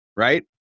Right